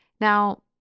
Now